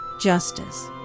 Justice